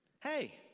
hey